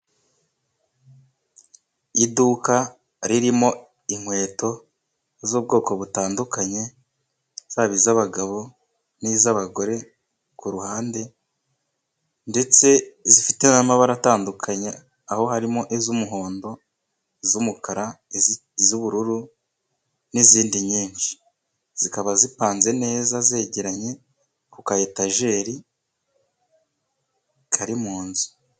Iduka ririmo inkweto z'ubwoko butandukanye, zaba iz'abagabo n'iz'abagore, kuruhande ndetse zifite n'amabara atandukanye, aho harimo iz'umuhondo, iz'umukara, iz'ubururu n'izindi nyinshi zikaba zipanze neza zegeranye ku ka etajeri kari munzu.